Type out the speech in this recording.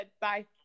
Bye